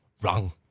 Wrong